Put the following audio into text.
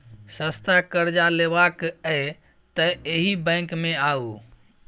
सस्ता करजा लेबाक यै तए एहि बैंक मे आउ